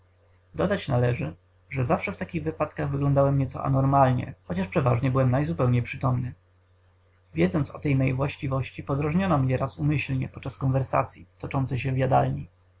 dodać należy że zawsze w takich wypadkach wyglądałem nieco anormalnie chociaż przeważnie byłem najzupełniej przytomny wiedząc o tej mej właściwości podrażniono mnie raz umyślnie podczas konwersacyi toczącej się w jadalni